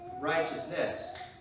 righteousness